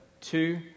two